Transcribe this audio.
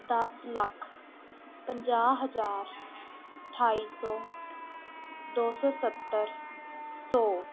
ਦਸ ਲੱਖ ਪੰਜਾਹ ਹਜ਼ਾਰ ਅਠਾਈ ਸੌ ਦੋ ਸੌ ਸੱਤਰ ਸੌ